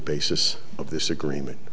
basis of this agreement